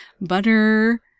butter